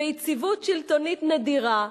ביציבות שלטונית נדירה,